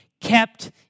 kept